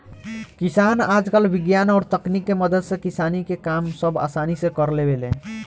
किसान आजकल विज्ञान और तकनीक के मदद से किसानी के काम सब असानी से कर लेवेले